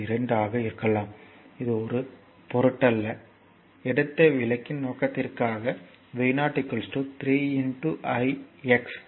2 ஆக இருக்கலாம் இது ஒரு பொருட்டல்ல எடுத்த விளக்கத்தின் நோக்கத்திற்காக V 0 3 i x